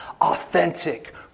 authentic